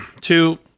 two